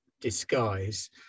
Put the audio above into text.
disguise